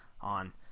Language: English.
on